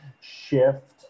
shift